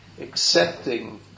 accepting